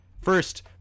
First